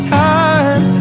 time